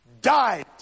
died